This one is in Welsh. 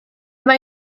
mae